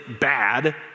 bad